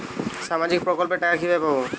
সামাজিক প্রকল্পের টাকা কিভাবে পাব?